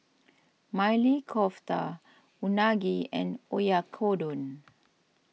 Maili Kofta Unagi and Oyakodon